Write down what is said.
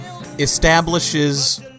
establishes